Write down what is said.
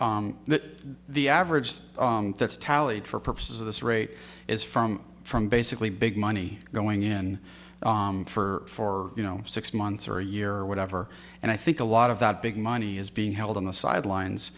that the average that that's tallied for purposes of this rate is from from basically big money going in for you know six months or a year or whatever and i think a lot of that big money is being held on the sidelines